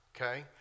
okay